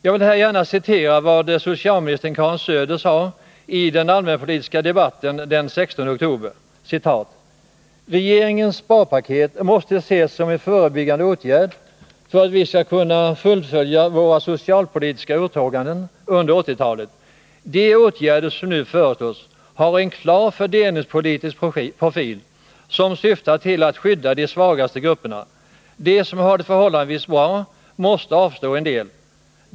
Jag vill här gärna referera till vad socialministern Karin Söder sade i den allmänpolitiska debatten den 16 oktober: Regeringens sparpaket måste ses som en förebyggande åtgärd för att vi skall kunna fullfölja våra socialpolitiska åtaganden under 1980-talet. De åtgärder som nu föreslås har en klar fördelningspolitisk profil, som syftar till att skydda de svagaste grupperna. De som har det förhållandevis bra måste avstå en del.